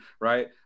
right